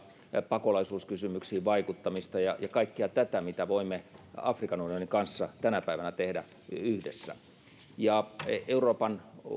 pakolaisuuskysymyksiin vaikuttamista ja ja kaikkea tätä mitä voimme afrikan unionin kanssa tänä päivänä tehdä yhdessä euroopan